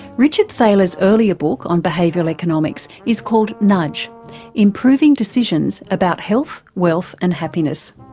richard thaler's earlier book on behavioural economics is called nudge improving decisions about health, wealth and happiness.